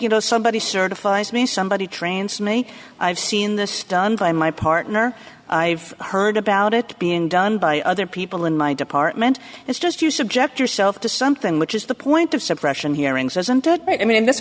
you know somebody certifies me somebody trains me i've seen this done by my partner i've heard about it being done by other people in my department it's just you subject yourself to something which is the point of suppression hearings as and i mean th